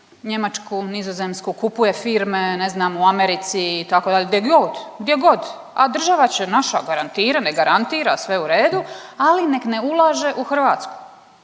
Njemačku, Nizozemsku, kupuje firme ne znam u Americi itd. gdjegod, a država će naša garantirat nek garantira sve u redu, ali nek ne ulaže u Hrvatsku